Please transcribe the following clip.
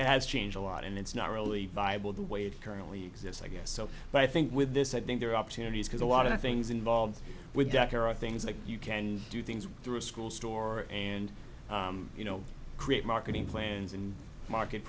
it's has changed a lot and it's not really viable the way it currently exists i guess so but i think with this i think there are opportunities because a lot of things involved with that there are things that you can do things through a school store and you know create marketing plans and market